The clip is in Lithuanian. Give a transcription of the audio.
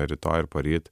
rytoj ir poryt